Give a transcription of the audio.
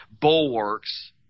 bulwarks